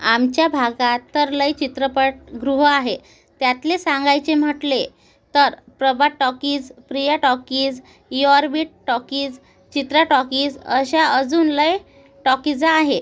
आमच्या भागात तर लय चित्रपटगृहं आहे त्यातले सांगायचे म्हटले तर प्रभात टॉकीज प्रिया टॉकीज ईऑरबीट टॉकीज चित्रा टॉकीज अशा अजून लय टॉकीजं आहे